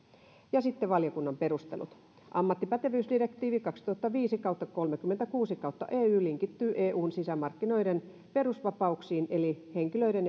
sitten valiokunnan perustelut ammattipätevyysdirektiivi kaksituhattaviisi kolmekymmentäkuusi ey linkittyy eun sisämarkkinoiden perusvapauksiin eli henkilöiden